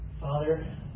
Father